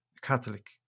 Catholic